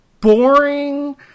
boring